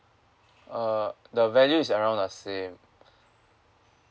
uh the value is around the same